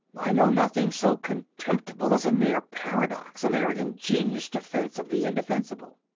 i know nothing so contemptible as a mere paradox a mere ingenious defence of the indefensible.